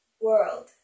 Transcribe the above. world